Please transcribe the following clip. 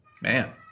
man